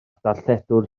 darlledwr